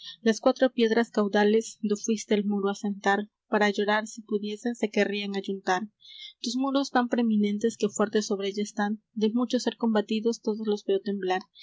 las cuatro piedras caudales do fuíste el muro á sentar para llorar si pudiesen se querrían ayuntar tus muros tan preminentes que fuertes sobre ella están de mucho ser combatidos todos los veo temblar